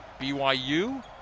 BYU